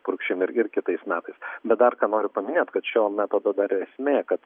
purkšim ir ir kitais metais bet dar ką noriu paminėt kad šio metodo dar ir esmė kad